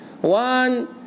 One